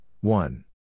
one